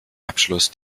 abschluss